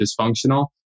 dysfunctional